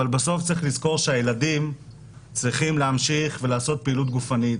אבל בסוף צריך לזכור שהילדים צריכים להמשיך ולעשות פעילות גופנית,